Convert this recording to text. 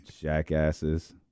Jackasses